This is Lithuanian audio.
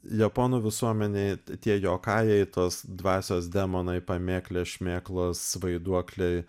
japonų visuomenėj tie jokajai tos dvasios demonai pamėklės šmėklos vaiduokliai